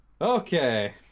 Okay